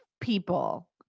people